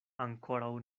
ankoraŭ